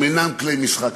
אינם כלי משחק,